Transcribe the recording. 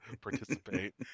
participate